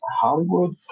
Hollywood